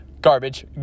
Garbage